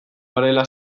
garela